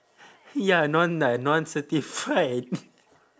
ya non lah non-certified